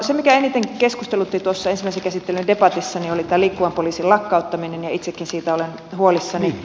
se mikä eniten keskustelutti tuossa ensimmäisen käsittelyn debatissa oli tämä liikkuvan poliisin lakkauttaminen ja itsekin siitä olen huolissani